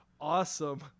awesome